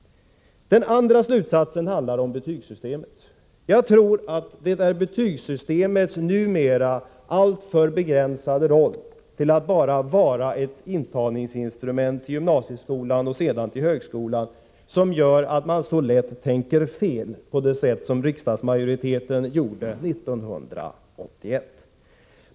Den andra slutsatsen handlar om betygssystemet. Jag tror att det är betygssystemets numera alltför begränsade roll till att bara vara ett intagningsinstrument till gymnasieskolan och sedan till högskolan som gör att man så lätt tänker fel, på det sätt som riksdagsmajoriteten gjorde 1981.